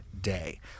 day